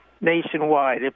nationwide